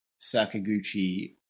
Sakaguchi